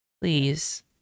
Please